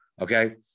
Okay